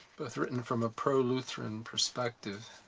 both written from a pro-lutheran perspective.